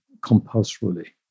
compulsorily